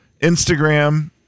Instagram